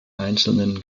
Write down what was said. einzelnen